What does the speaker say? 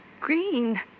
green